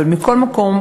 מכל מקום,